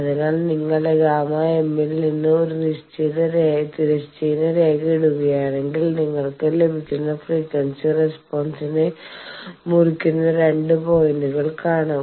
അതിനാൽ നിങ്ങൾ Γm ൽ നിന്ന് ഒരു തിരശ്ചീന രേഖ ഇടുകയാണെങ്കിൽ നിങ്ങൾക്ക് ലഭിക്കുന്ന ഫ്രീക്വൻസി റെസ്പോൺസിനെ മുറിക്കുന്ന 2 പോയിന്റുകൾ കാണാം